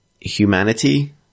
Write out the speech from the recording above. humanity